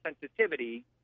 sensitivity